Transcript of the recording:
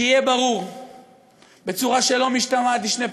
שיהיה ברור בצורה שלא משתמעת לשתי פנים,